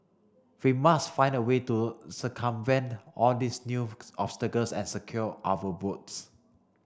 we must find a way to circumvent all these new obstacles and secure our votes